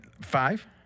Five